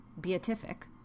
beatific